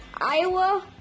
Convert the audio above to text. Iowa